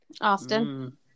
Austin